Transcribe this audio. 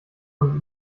und